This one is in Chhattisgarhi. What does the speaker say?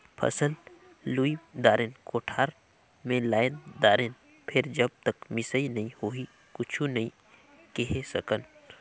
फसल लुई दारेन, कोठार मे लायन दारेन फेर जब तक मिसई नइ होही कुछु नइ केहे सकन